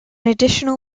additional